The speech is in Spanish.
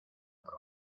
proa